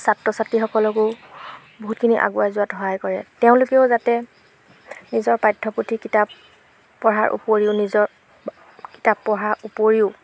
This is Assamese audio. ছাত্ৰ ছাত্ৰীসকলকো বহুতখিনি আগুৱাই যোৱাত সহায় কৰে তেওঁলোকেও যাতে নিজৰ পাঠ্যপুথি কিতাপ পঢ়াৰ উপৰিও নিজৰ কিতাপ পঢ়াৰ উপৰিও